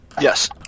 Yes